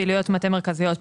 פעילויות מטה מרכזיות,